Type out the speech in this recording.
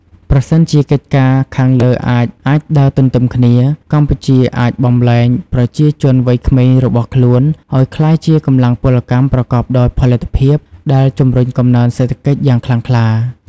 បើសិនជាកិច្ចការខាងលើអាចអាចដើរទន្ទឹមគ្នា កម្ពុជាអាចបំលែងប្រជាជនវ័យក្មេងរបស់ខ្លួនឲ្យក្លាយជាកម្លាំងពលកម្មប្រកបដោយផលិតភាព ដែលជំរុញកំណើនសេដ្ឋកិច្ចយ៉ាងខ្លាំងខ្លា។